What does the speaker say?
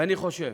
ואני חושב,